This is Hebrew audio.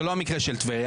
זה לא המקרה של טבריה.